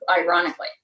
Ironically